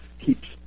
keeps